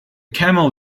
camel